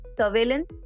surveillance